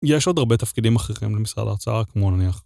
יש עוד הרבה תפקידים אחריכים למשרד ההרצאה, כמו נניח.